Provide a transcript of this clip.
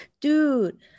dude